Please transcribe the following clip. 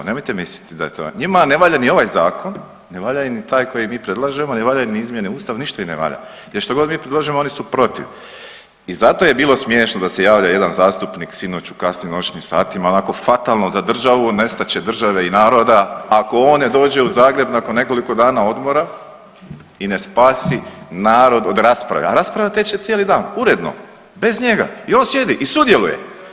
Nemojte misliti da je to, njima ne valja ni ovaj Zakon, ne valja im ni taj koji mi predlažemo, ne valja ni izmjene Ustava, ništa im ne valja jer što god mi predložimo oni su protiv i zato je bilo smiješno da se javlja jedna zastupnik sinoć u kasnim noćnim satima, onako fatalno za državu, nestat će države i naroda, ako on ne dođe u Zagreb nakon nekoliko dana odmora i ne spasi narod od rasprave, a rasprava teče cijeli dan uredno bez njega i on sjedi i sudjeluje.